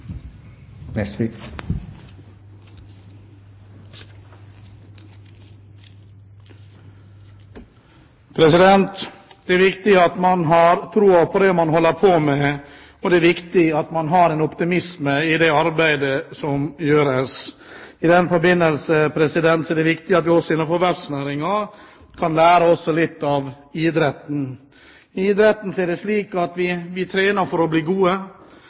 tiltak. Det er viktig at man har troen på det man holder på med, og det er viktig at man har en optimisme i det arbeidet som gjøres. I den forbindelse er det viktig at vi også innenfor verftsnæringen kan lære litt av idretten. I idretten er det slik at man trener for å bli